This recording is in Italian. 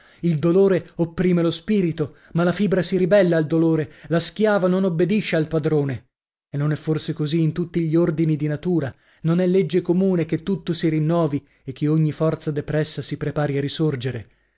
il dolore opprime lo spirito ma la fibra si ribella al dolore la schiava non obbedisce al padrone e non è forse così in tutti gli ordini di natura non è legge comune che tutto si rinnovi e che ogni forza depressa si prepari a risorgere